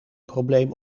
probleem